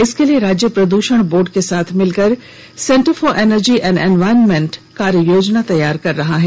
इसके लिए राज्य प्रदूषण बोर्ड के साथ मिलकर centre for energy and environment CEEED कार्ययोजना तैयार कर रहा है